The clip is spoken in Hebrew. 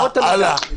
הלאה.